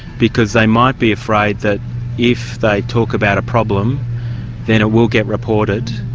because they might be afraid that if they talk about a problem then it will get reported,